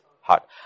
heart